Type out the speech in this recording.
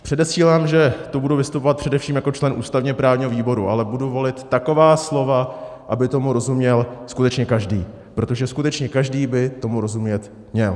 Předesílám, že tu budu vystupovat především jako člen ústavněprávního výboru, ale budu volit taková slova, aby tomu rozuměl skutečně každý, protože skutečně každý by tomu rozumět měl.